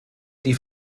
die